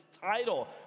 title